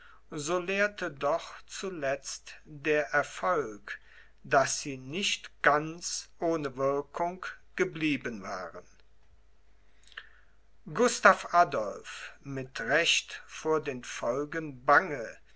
so lehrte doch zuletzt der erfolg daß sie nicht ganz ohne wirkung geblieben waren gustav adolph mit recht vor den folgen bange